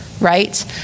right